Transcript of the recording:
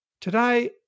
Today